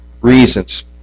reasons